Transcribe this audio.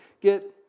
get